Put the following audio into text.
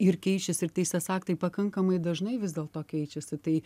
ir keičiasi ir teisės aktai pakankamai dažnai vis dėl to keičiasi tai